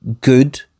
good